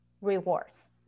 rewards